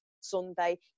Sunday